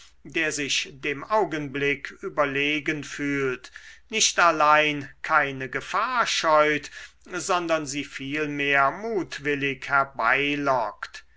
der sich dem augenblick überlegen fühlt nicht allein keine gefahr scheut sondern sie vielmehr mutwillig